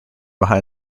behind